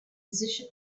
position